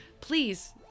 please